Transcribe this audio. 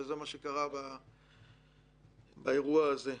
וזה מה שקרה באירוע הזה.